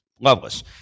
Loveless